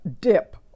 dip